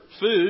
food